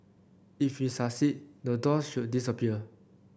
if we succeed the doors should disappear